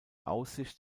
aussicht